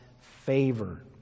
favor